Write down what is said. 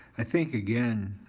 i think, again,